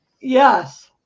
Yes